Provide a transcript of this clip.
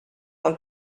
von